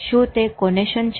શું તે કોનેશન છે